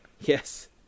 Yes